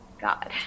God